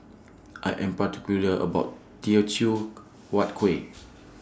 I Am particular about Teochew Huat Kuih